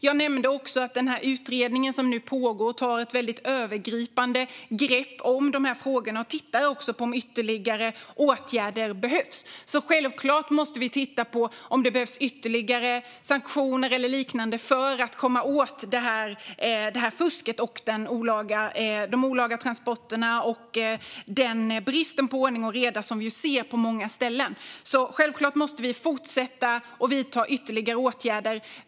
Jag nämnde också att den utredning som nu pågår tar ett övergripande grepp om dessa frågor och tittar på om ytterligare åtgärder behövs. Självklart måste vi titta på om det behövs ytterligare sanktioner eller liknande för att komma åt det här fusket, de olaga transporterna och den brist på ordning och reda som vi ser på många ställen. Självklart måste vi därför vidta ytterligare åtgärder.